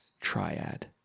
triad